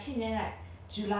what lawsuit thing